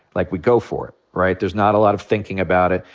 like, we go for it, right? there's not a lot of thinking about it.